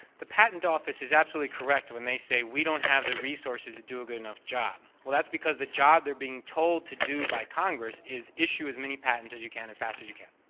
the patent office is absolutely correct when they say, we don't have the resources to do a good enough job. well, that's because the job they're being told to by congress is issue as many patents as you can, as fast as you can,